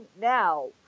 now